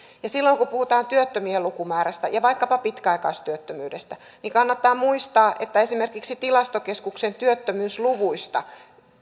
ja silloin kun puhutaan työttömien lukumäärästä ja vaikkapa pitkäaikaistyöttömyydestä kannattaa muistaa että esimerkiksi tilastokeskuksen työttömyysluvuista